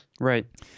Right